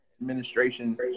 administration